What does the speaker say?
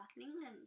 England